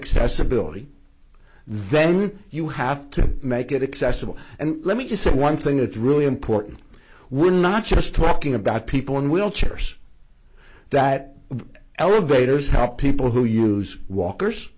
accessibility then you have to make it accessible and let me just say one thing it's really important we're not just talking about people in wheelchairs that elevators help people who use walkers